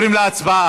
רובם ככולם נחשפים,